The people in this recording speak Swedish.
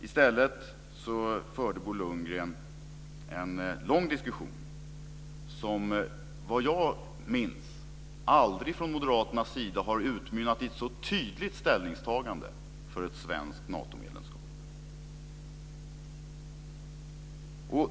I stället förde Bo Lundgren en lång diskussion som, efter vad jag minns, aldrig från moderaternas sida utmynnat i ett så tydligt ställningstagande för ett svenskt Natomedlemskap.